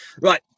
Right